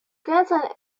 grandson